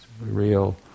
real